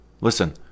Listen